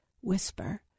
whisper